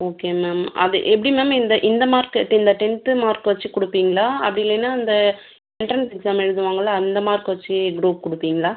okay ma'am அது எப்படி ma'am இந்த இந்த மார்க்கு இப்போ இந்த டென்த்து மார்க்கு வைத்து கொடுப்பீங்களா அப்படி இல்லேன்னா இந்த எண்ட்ரென்ஸ் எக்ஸாம் எழுதுவாங்கல்லே அந்த மார்க் வைத்து க்ரூப் கொடுப்பீங்களா